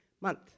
Month